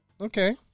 Okay